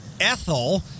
ethel